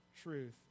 truth